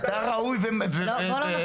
אתה ראוי והכול,